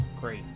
great